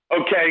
okay